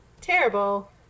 terrible